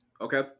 Okay